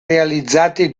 realizzati